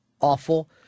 Awful